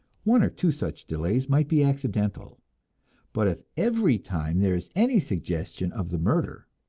one or two such delays might be accidental but if every time there is any suggestion of the murder,